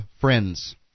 friends